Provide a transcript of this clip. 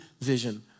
vision